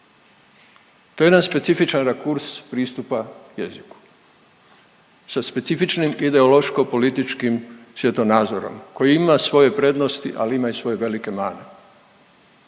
To je jedan specifičan rakurs pristupa jeziku sa specifičnim ideološko političkim svjetonazorom koji ima svoje prednosti, ali ima i svoje velike mane.